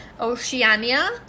oceania